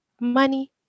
money